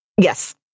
Yes